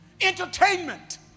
entertainment